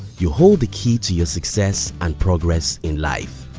you hold the key to your success and progress in life.